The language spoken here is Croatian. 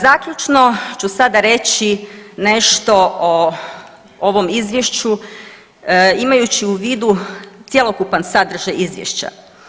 Zaključno ću sada reći nešto o ovom Izvješću, imajući u vidu cjelokupan sadržaj Izvješća.